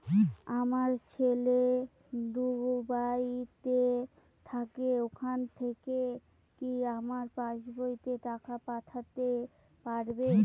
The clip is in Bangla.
আমার ছেলে দুবাইতে থাকে ওখান থেকে কি আমার পাসবইতে টাকা পাঠাতে পারবে?